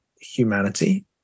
humanity